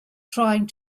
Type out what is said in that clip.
trying